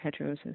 heterosis